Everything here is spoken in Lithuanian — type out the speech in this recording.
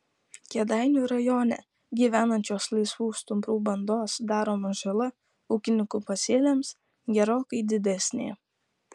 kėdainių rajone gyvenančios laisvų stumbrų bandos daroma žala ūkininkų pasėliams gerokai didesnė